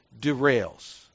derails